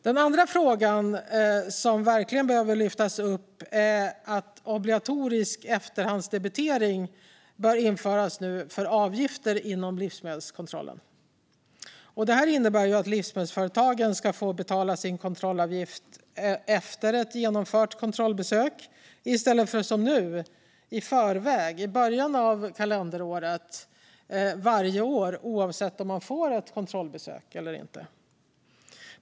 Den andra frågan som verkligen behöver lyftas upp är att obligatorisk efterhandsdebitering nu bör införas för avgifter inom livsmedelskontrollen. Det innebär att livsmedelsföretagen ska få betala sin kontrollavgift efter ett genomfört kontrollbesök i stället för som nu i förväg, i början av varje kalenderår oavsett om man får ett kontrollbesök eller inte.